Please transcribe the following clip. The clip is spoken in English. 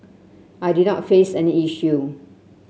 I did not face any issue